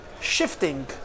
shifting